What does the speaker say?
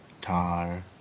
tar